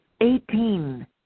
Eighteen